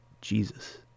Jesus